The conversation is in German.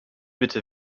bitte